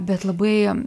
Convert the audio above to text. bet labai